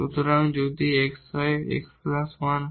সুতরাং যদি x হয় x 1 হয়